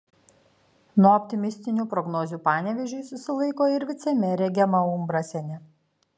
nuo optimistinių prognozių panevėžiui susilaiko ir vicemerė gema umbrasienė